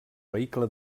vehicle